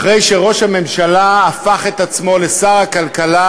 אחרי שראש הממשלה הפך את עצמו לשר הכלכלה,